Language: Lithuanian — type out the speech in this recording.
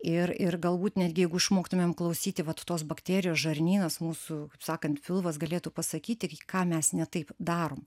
ir ir galbūt netgi jeigu išmoktumėm klausyti vat tos bakterijos žarnynas mūsų sakant pilvas galėtų pasakyti ką mes ne taip darom